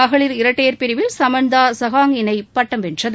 மகளிர் இரட்டையர் பிரிவில் சமந்தா சங்க் இணை பட்டம் வென்றது